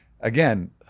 again